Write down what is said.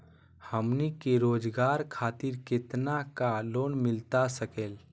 हमनी के रोगजागर खातिर कितना का लोन मिलता सके?